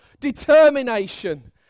determination